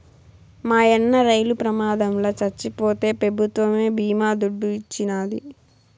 మాయన్న రైలు ప్రమాదంల చచ్చిపోతే పెభుత్వమే బీమా దుడ్డు ఇచ్చినాది